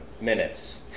minutes